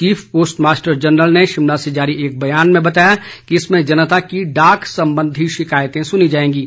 chief postmaster general ने शिमला से जारी एक बयान में बताया कि इसमें जनता की डाक संबंधी शिकायतें सुनी जाएंगीं